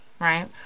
Right